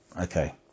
Okay